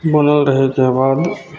बोलल रहैके बाद